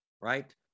Right